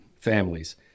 families